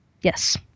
Yes